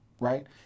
right